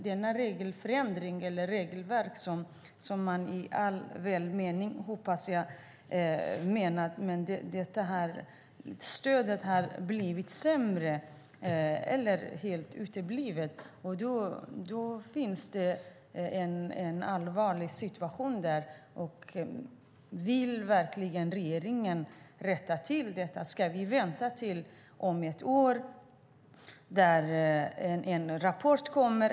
Jag hoppas att man har gjort denna regelförändring i all välmening, men stödet har blivit sämre eller helt uteblivit. Då är det en allvarlig situation. Vill regeringen verkligen rätta till detta? Ska vi vänta i ett år, tills en rapport kommer?